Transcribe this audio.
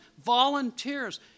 volunteers